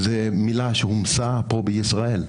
זאת מילה שהומצאה כאן בישראל.